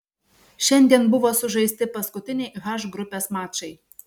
šiandien buvo sužaisti paskutiniai h grupės mačai